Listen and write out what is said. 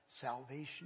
Salvation